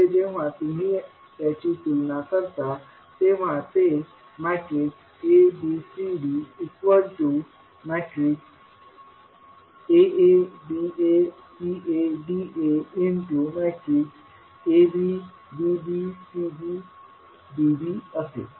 म्हणजे जेव्हा तुम्ही त्यांची तुलना कराता तेव्हा ते A B C D Aa Ba Ca Da Ab Bb Cb Db असेल